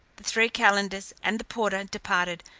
the three calenders, and the porter departed,